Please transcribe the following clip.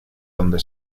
donde